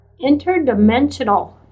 interdimensional